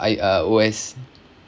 I uh O_S